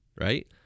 right